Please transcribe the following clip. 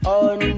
on